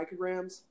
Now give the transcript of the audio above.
micrograms